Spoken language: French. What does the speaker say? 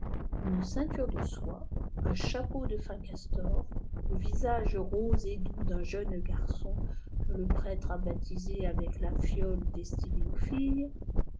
une ceinture de soie un chapeau de fin castor le visite rose et doux d'un jeune garçon que le prêtre a baptisé avec la fiole destinée aux filles